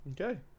Okay